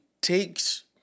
takes